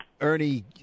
Ernie